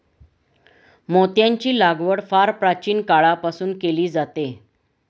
मोत्यांची लागवड फार प्राचीन काळापासून केली जाते